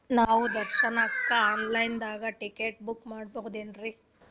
ದೇವ್ರ ದರ್ಶನಕ್ಕ online ದಾಗ ಟಿಕೆಟ ಬುಕ್ಕ ಮಾಡ್ಬೊದ್ರಿ?